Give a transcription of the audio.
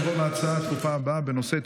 נעבור להצעות לסדר-היום הדחופות הבאות בנושא: